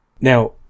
Now